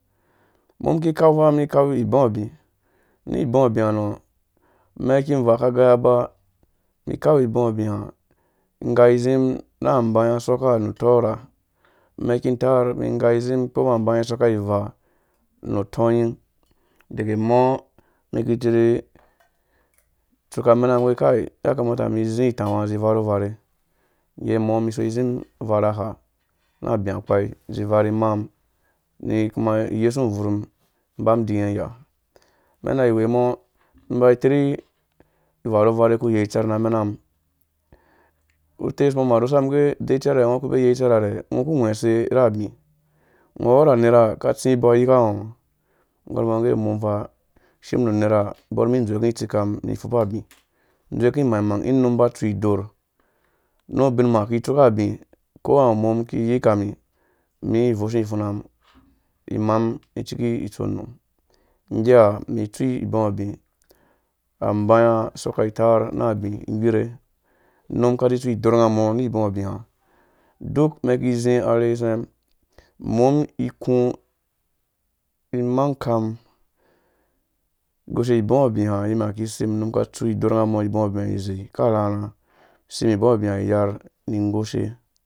Umum iki kau faa umu ikau ibu abi nibu abia nɔ amɛki uvaa aka gaya ba umum ikau ibu abi na igai izim na abai usɔkka nu utɔrha amɛk aki untar igai izim abai isɔkka ivaa nu utɔi daga mɔ miki tirhi itsuka imena mum ukai yakamata umum izi itawa izi ivarhu varhe go mum iso izimum uvarha ha na abi akpai izi varhi imaamumi kuma iyɛsu ubvur mum ibam udi iya umen ina iwɛmɔ niba itirhi ivarhu varhe uku iyei utserh ra amena mum utei wuku mar umum arhuse, mum gee udɛ ucɛrɛ ungo uku ubee iyei utsɛrh harɛ ungo uku ungwɛ use rabi ungo uweɔ na anera aki itsi ubok ayika ungo? Igor mbɔ ngge umum faa ishimum nu unera bɔr mum idzowuke itsikam mum ni ipfupa abi idzowuku imang-mang ing unum aba atsu idorh nu ubinma iki itsuka abi uko unga awu umum iki itsuka abi uko unga awu unum iki yikami mi ivoshun ipfuna mum imaamo iciki ifɛn num nggea umum itsu ibu abi ambaia isɔkkai itaar ra abi. igrere unum aka zi itsu idorh nga umɔ ni ibu abia duk umen ikizi arherhe utsɛmun umum iku imang ukam mum igoshe ibu abia umum iki sim unum aka tsu idorh nga umɔ ibu abi izei aka rharha isim ibu abia iyar igoshe